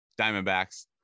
Diamondbacks